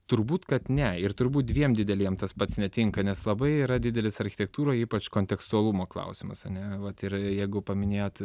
turbūt kad ne ir turbūt dviem dideliem tas pats netinka nes labai yra didelis architektūroj ypač kontekstualumo klausimas ane vat ir jeigu paminėjot